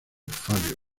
fabio